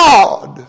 God